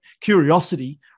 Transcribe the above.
curiosity